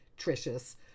tricious